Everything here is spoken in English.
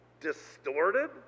distorted